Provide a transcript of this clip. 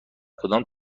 کدام